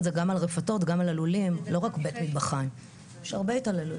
את גם חתומה עליה של מעבר ללולי מעוף עד 20/27 של כל הלולים,